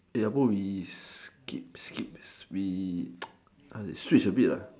how bout we skip skip switch a bit